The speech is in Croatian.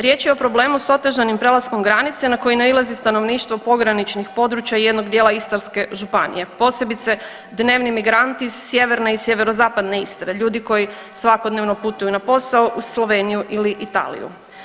Riječ je o problemu sa otežanim prelaskom granice na koji nailazi stanovništvo pograničnog područja i jednog dijela Istarske županije posebice dnevni migranti sa sjeverne i sjeverozapadne Istre, ljudi koji svakodnevno putuju na posao u Sloveniju ili Italiju.